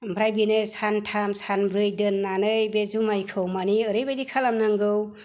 ओमफ्राय बेनो सानथाम सानब्रै दोननानै बे जुमायखौ मानि ओरैबायदि खालामनांगौ